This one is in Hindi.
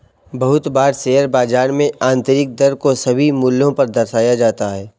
बहुत बार शेयर बाजार में आन्तरिक दर को सभी मूल्यों पर दर्शाया जाता है